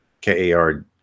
K-A-R